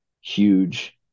huge